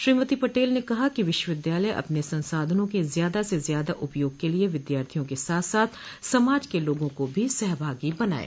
श्रीमती पटेल ने कहा कि विश्वविद्यालय अपने संसाधनों के ज़्यादा से ज़्यादा उपयोग के लिए विद्यार्थियों के साथ साथ समाज के लोगों को भी सहभागी बनायें